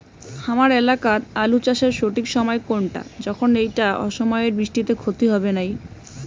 হামার এলাকাত আলু চাষের সঠিক সময় কুনটা যখন এইটা অসময়ের বৃষ্টিত ক্ষতি হবে নাই?